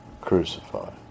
crucified